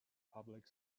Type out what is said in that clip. public